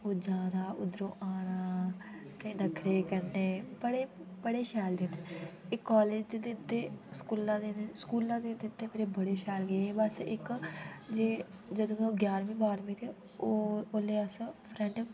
जाना उदरो आना ते नखरे करने बड़े बड़े शैल लगदे हे कॉलेज दे दिन ते स्कुला दे ददिन स्कुला दे दिन ते मेरे बड़े शैल लगदे हे बस एक जे जंदु ओह् ग्यारहवी बारमी ते ओह् ओह्ले अस फ्रेंड